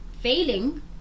failing